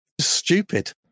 stupid